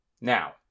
Now